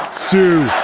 sue.